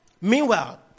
Meanwhile